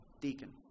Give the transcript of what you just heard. deacon